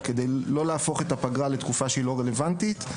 כדי לא להפוך את הפגרה לתקופה שהיא לא רלוונטית,